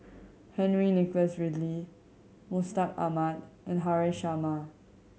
Henry Nicholas Ridley Mustaq Ahmad and Haresh Sharma